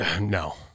No